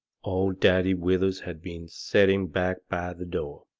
old daddy withers had been setting back by the door.